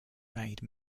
made